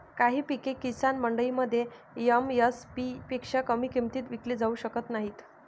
काही पिके किसान मंडईमध्ये एम.एस.पी पेक्षा कमी किमतीत विकली जाऊ शकत नाहीत